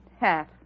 half